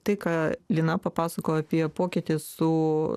tai ką lina papasakojo apie pokytį su